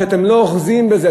ואתם לא אוחזים בזה,